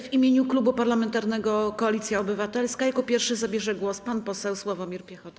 W imieniu Klubu Parlamentarnego Koalicja Obywatelska jako pierwszy zabierze głos pan poseł Sławomir Piechota.